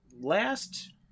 last